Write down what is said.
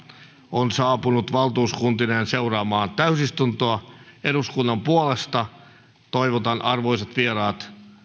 on saapunut valtuuskuntineen seuraamaan täysistuntoa eduskunnan puolesta toivotan arvoisat vieraat